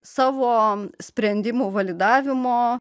savo sprendimų validavimo